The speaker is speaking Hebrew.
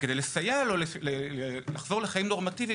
וכדי לסייע לו לחזור לחיים נורמטיביים